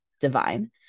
divine